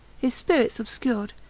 his spirits obscured,